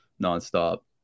non-stop